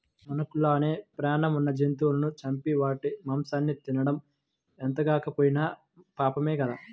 మనకి లానే పేణం ఉన్న జంతువులను చంపి వాటి మాంసాన్ని తినడం ఎంతగాకపోయినా పాపమే గదా